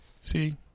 See